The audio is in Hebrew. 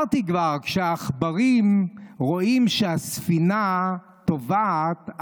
כבר אמרתי שכשהעכברים רואים שהספינה טובעת,